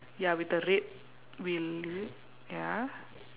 ya with the red wheel is it ya